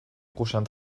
prochain